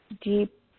deep